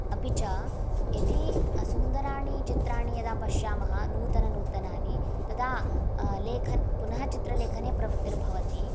अपि च यदि सुन्दराणि चित्राणि यदा पश्यामः नूतननूतनानि तदा लेखन पुनः चित्रलेखने प्रवृत्तिर्भवति